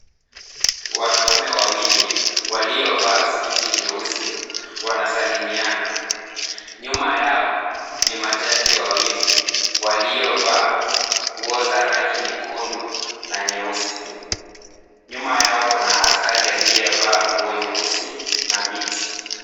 Wanaume wawili, waliovaa suti nyeusi, wanasalimiana. Nyuma yao, ni majaji wawili waliovaa nguo za rangi nyekundu, na nyeusi. Nyuma yao kuna askari aliyevaa nguo nyeusi na miti.